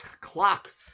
clock